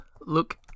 Look